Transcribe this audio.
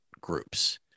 groups